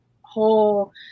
whole